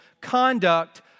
conduct